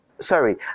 sorry